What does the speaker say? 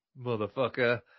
Motherfucker